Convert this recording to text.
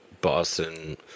Boston